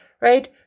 right